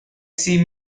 sea